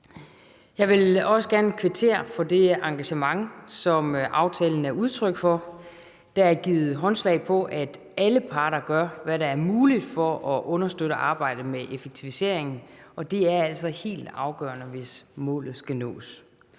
Jeg vil også gerne kvittere for det engagement, som aftalen er udtryk for. Der er givet håndslag på, at alle parter gør, hvad der er muligt, for at understøtte arbejdet med effektiviseringen, og det er altså helt afgørende, hvis målet skal nås.